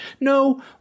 no